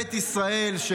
רבבות אלפי בית ישראל שקמו,